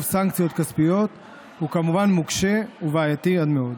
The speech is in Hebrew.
סנקציות כספיות הוא כמובן מוקשה ובעייתי עד מאוד.